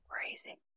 crazy